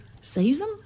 Season